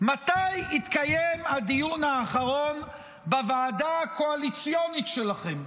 מתי התקיים הדיון האחרון בוועדה הקואליציונית שלכם?